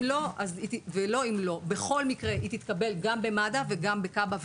השיחה בכל מקרה תתקבל גם במד"א וגם בכב"ה,